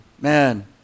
man